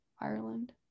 ireland